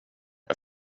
jag